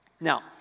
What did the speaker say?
Now